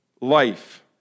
life